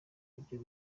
ibyo